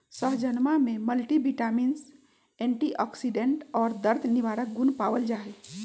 सहजनवा में multivitamins antioxidant और दर्द निवारक गुण पावल जाहई